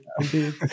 indeed